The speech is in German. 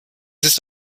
ist